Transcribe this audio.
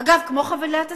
אגב, כמו חבילת הסיוע,